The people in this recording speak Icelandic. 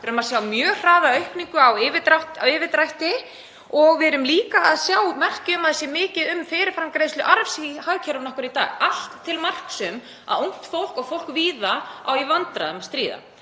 Við erum að sjá mjög hraða aukningu á yfirdrætti og við erum líka að sjá merki um að það sé mikið um fyrirframgreiðslu arfs í hagkerfinu okkar í dag, allt til marks um að ungt fólk og fólk víða á í vandræðum.